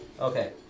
Okay